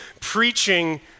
preaching